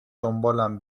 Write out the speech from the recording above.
دنبالم